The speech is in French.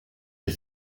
les